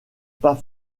pas